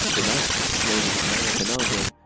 the match, known as the maracanazo,